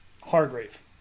Hargrave